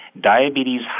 Diabetes